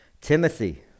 Timothy